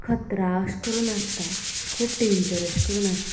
खतरा अशें करून आसता खूब डेंजर अशें करून आसता